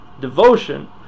devotion